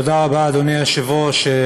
תודה רבה, אדוני היושב-ראש,